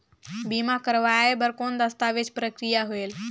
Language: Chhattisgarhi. बीमा करवाय बार कौन दस्तावेज प्रक्रिया होएल?